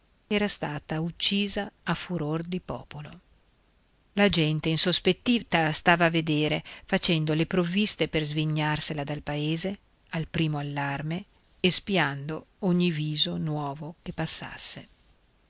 era stata uccisa a furor di popolo la gente insospettita stava a vedere facendo le provviste per svignarsela dal paese al primo allarme e spiando ogni viso nuovo che passasse